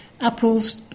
Apples